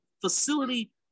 facility